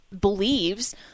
believes